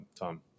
Tom